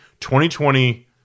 2020